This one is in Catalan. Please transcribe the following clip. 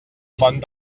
font